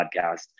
podcast